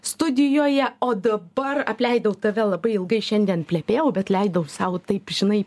studijoje o dabar apleidau tave labai ilgai šiandien plepėjau bet leidau sau taip žinai